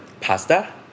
pasta